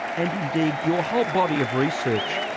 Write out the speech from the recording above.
and indeed your whole body of research,